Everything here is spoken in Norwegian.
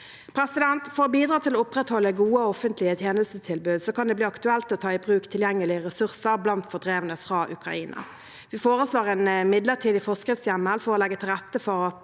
lenger. For å bidra til å opprettholde gode offentlige tjenestetilbud kan det bli aktuelt å ta i bruk tilgjengelige ressurser blant fordrevne fra Ukraina. Vi foreslår en midlertidig forskriftshjemmel for å legge til rette for at